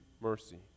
mercy